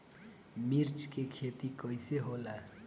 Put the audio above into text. मिर्च के खेती कईसे होला?